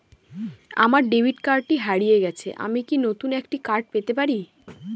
আমার ডেবিট কার্ডটি হারিয়ে গেছে আমি কি নতুন একটি কার্ড পেতে পারি?